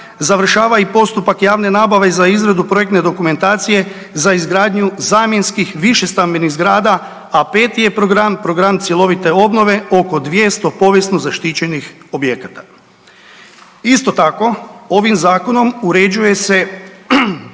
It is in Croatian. završava i postupak javne nabave za izradu projektne dokumentacije za izgradnju zamjenskih višestambenih zgrada, a peti je program, program cjelovite obnove oko 200 povijesno zaštićenih objekata. Isto tako, ovim zakonom uređuje se